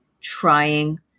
trying